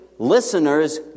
listeners